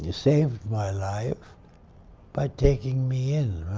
saved my life by taking me in